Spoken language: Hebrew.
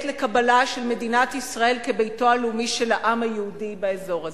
לקבלה של מדינת ישראל כביתו הלאומי של העם היהודי באזור הזה,